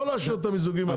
לא לאשר את המיזוגים האלה.